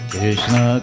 Krishna